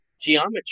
geometry